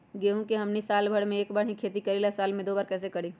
गेंहू के हमनी साल भर मे एक बार ही खेती करीला साल में दो बार कैसे करी?